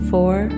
Four